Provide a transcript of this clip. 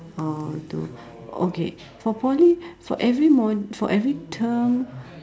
oh to okay for Poly for every mod~ for every term